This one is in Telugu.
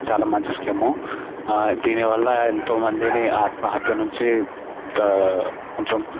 చాలా మంచి స్కీము దీనివల్ల ఎంతో మందిని ఆత్మహత్య నుంచి కొంచెం